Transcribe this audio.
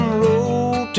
road